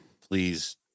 Please